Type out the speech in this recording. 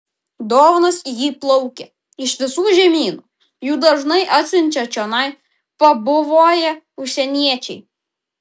dovanos į jį plaukia iš visų žemynų jų dažnai atsiunčia čionai pabuvoję užsieniečiai